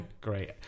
Great